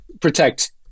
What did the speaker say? protect